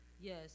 Yes